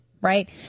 right